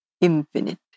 infinite